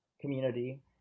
community